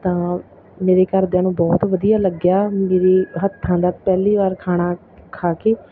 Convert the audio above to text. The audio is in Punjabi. ਤਾਂ ਮੇਰੇ ਘਰਦਿਆਂ ਨੂੰ ਬਹੁਤ ਵਧੀਆ ਲੱਗਿਆ ਮੇਰੇ ਹੱਥਾਂ ਦਾ ਪਹਿਲੀ ਵਾਰ ਖਾਣਾ ਖਾ ਕੇ